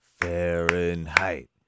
Fahrenheit